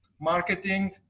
marketing